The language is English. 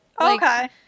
Okay